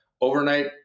overnight